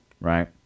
right